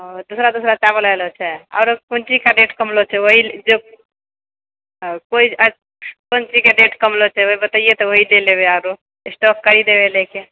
ओ दूसरा दूसरा चवाल एलहुँ छै आओरो कोन चीजके रेट कमलो छै ओएह कोई कोन चीजके रेट कमलो छै ओ बतेबिऐ तऽ ओएह लए लेबै आरो स्टॉक करी देबै लए कऽ